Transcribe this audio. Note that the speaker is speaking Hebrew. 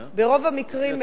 ברוב המקרים,